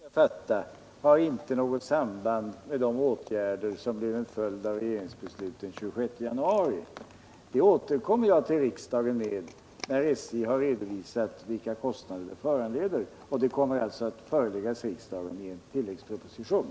Herr talman! Det beslut riksdagen nu skall fatta har inte något samband med de åtgärder som blir en följd av regeringsbeslutet den 26 januari. Den frågan återkommer jag till riksdagen med när SJ redovisat vilka kostnader beslutet föranleder. Och detta kommer att föreläggas riksdagen i en tilläggsproposition.